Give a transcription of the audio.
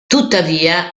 tuttavia